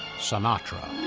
sinatra.